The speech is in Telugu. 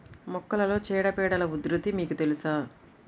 మొక్కలలో చీడపీడల ఉధృతి మీకు తెలుసా?